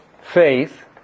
faith